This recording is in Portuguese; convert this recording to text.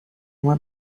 uma